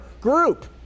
group